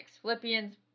Philippians